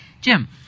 Jim